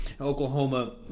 Oklahoma